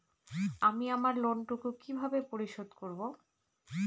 আমি আমার লোন টুকু কিভাবে পরিশোধ করব?